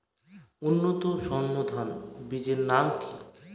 উন্নত সর্ন ধান বীজের নাম কি?